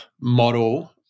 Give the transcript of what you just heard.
model